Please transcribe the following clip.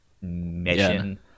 mission